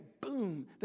Boom